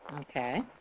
Okay